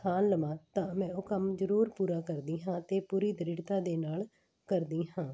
ਥਾਣ ਲਵਾਂ ਤਾਂ ਮੈਂ ਉਹ ਕੰਮ ਜ਼ਰੂਰ ਪੂਰਾ ਕਰਦੀ ਹਾਂ ਅਤੇ ਪੂਰੀ ਦ੍ਰਿੜਤਾ ਦੇ ਨਾਲ ਕਰਦੀ ਹਾਂ